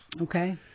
Okay